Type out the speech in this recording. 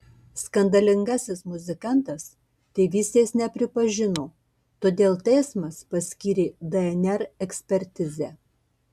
skandalingasis muzikantas tėvystės nepripažino todėl teismas paskyrė dnr ekspertizę